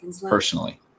personally